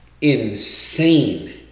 insane